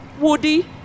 Woody